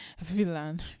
villain